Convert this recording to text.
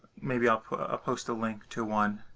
maybe i'll post a link to one.